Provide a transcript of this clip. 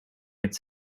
its